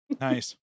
Nice